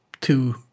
two